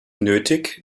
nötig